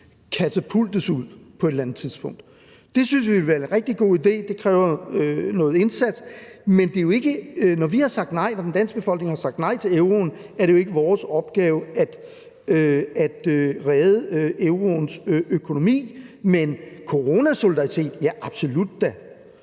katapultes ud på et eller andet tidspunkt. Det synes vi ville være en rigtig god idé. Det kræver en indsats. Når vi har sagt nej, når den danske befolkning har sagt nej til euroen, er det jo ikke vores opgave at redde euroens økonomi. Men coronasolidaritet? Ja, absolut da.